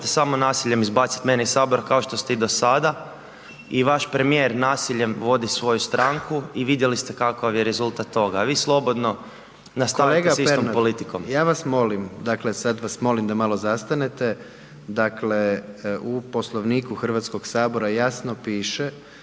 samo nasiljem izbaciti mene iz Sabora, kao što ste i do sada i vaš premijer nasiljem vodi svoju stranku i vidjeli ste kakav je rezultat toga, a vi slobodno nastavite s istom politikom. **Jandroković, Gordan (HDZ)** Kolega Pernar, ja vas molim, dakle, sad vas molim da malo zastanete. Dakle u Poslovniku HS-a jasno piše